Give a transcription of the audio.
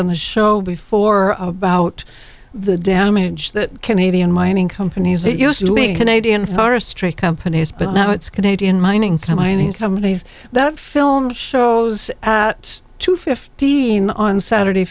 on the show before about the damage that canadian mining companies used to me canadian forestry companies but now it's canadian mining so mining companies that film shows at two fifteen on saturday